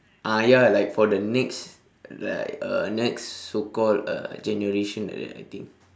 ah ya like for the next like uh next so called uh generation like that I think